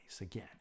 again